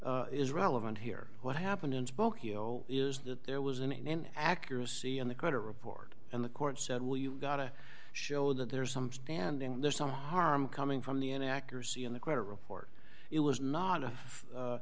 o is relevant here what happened in tokyo is that there was an accuracy in the credit report and the court said well you've got to show that there's some standing there's some harm coming from the inaccuracy in the credit report it was not